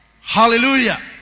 hallelujah